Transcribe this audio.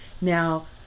Now